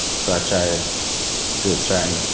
so i try do what's right,